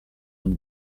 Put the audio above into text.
amb